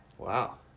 Wow